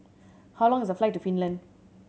how long is the flight to Finland